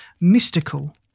mystical